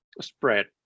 spread